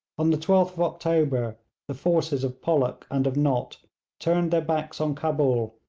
on the twelfth of october the forces of pollock and of nott turned their backs on cabul,